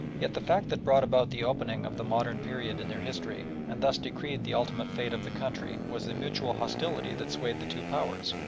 yet the fact that brought about the opening of the modern period in their history and thus decreed the ultimate fate of the country was the mutual hostility that swayed the two powers.